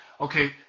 Okay